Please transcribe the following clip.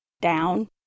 down